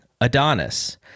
Adonis